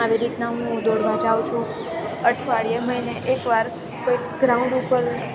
આવી રીતના હું દોડવા જાઉં છું અઠવાડિયે મહિને એકવાર કોઈક ગ્રાઉન્ડ ઉપર